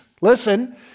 listen